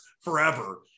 forever